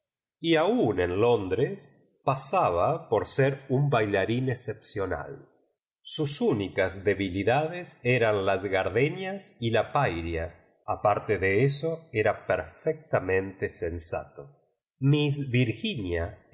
y aun en londres pa saba por ser un bailarín excepcional sus únicas debilidades eran las gardenias y la pairia aparte de eso era perfectamen te sensato misa virginia